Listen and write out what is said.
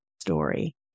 story